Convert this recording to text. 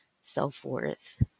self-worth